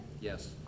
Yes